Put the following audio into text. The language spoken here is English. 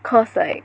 cause like